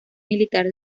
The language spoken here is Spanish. militar